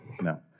No